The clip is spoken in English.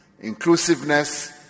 inclusiveness